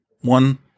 one